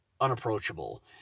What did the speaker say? unapproachable